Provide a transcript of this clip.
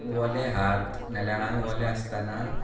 ओले हात नाजाल्यार आंग ओलें आसतना